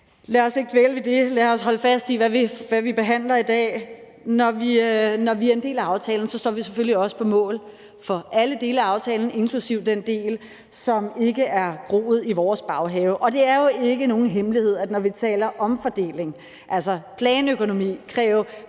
Lad os ikke dvæle ved det. Lad os holde fast i, hvad vi behandler i dag. Når vi er en del af aftalen, står vi selvfølgelig også på mål for alle dele af aftalen, inklusive den del, som ikke er groet i vores baghave, og det er jo ikke nogen hemmelighed, at når vi taler omfordeling, altså planøkonomi, at kræve